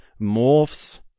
morphs